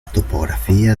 topografía